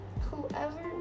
Whoever